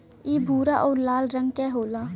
इ भूरा आउर लाल रंग क होला